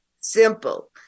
simple